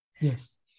yes